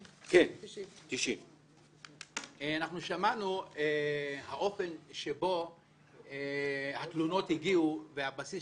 90. אנחנו שמענו על האופן שבו התלונות הגיעו והבסיס